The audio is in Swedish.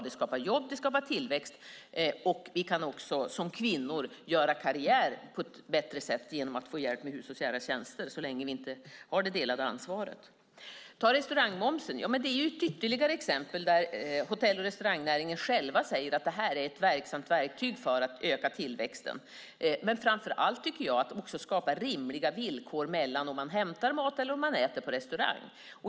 Det skapar jobb och tillväxt, och vi kan också som kvinnor göra karriär på ett bättre sätt genom att få hjälp med hushållsnära tjänster. Ta restaurangmomsen. Det är ytterligare ett exempel. Där säger hotell och restaurangnäringen själv att den är ett verksamt verktyg för att öka tillväxten. Jag tycker också att man ska skapa rimliga villkor när det gäller om man hämtar mat eller om man äter på restaurang.